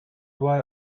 why